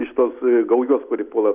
iš tos gaujos kuri puola